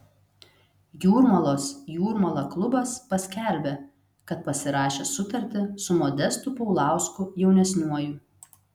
jūrmalos jūrmala klubas paskelbė kad pasirašė sutartį su modestu paulausku jaunesniuoju